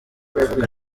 uvuga